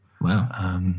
Wow